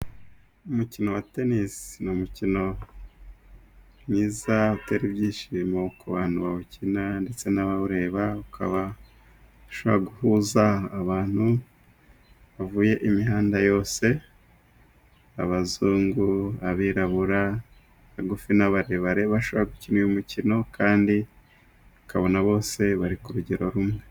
Umukino wa tenisi n'umukino mwiza utera ibyishimo ku bantu bawukina ndetse n'abawureba, ukabasha guhuza abantu bavuye imihanda yose abazungu, abirabura abagufi n'abarebare bashaka gukina. Uyu mukino kandi akabona bose bari ku rugero rumwe.